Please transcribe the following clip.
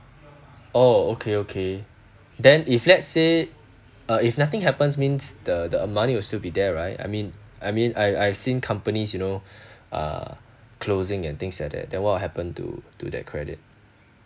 oh okay okay then if let's say uh if nothing happens means the the money will still be there right I mean I mean I I've seen companies you know uh closing and things like that then what will happen to to that credit